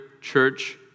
church